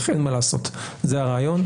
אין מה לעשות, זה הרעיון.